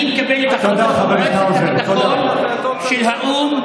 אני מקבל את החלטות מועצת הביטחון של האו"ם,